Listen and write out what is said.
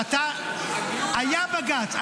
היה בג"ץ.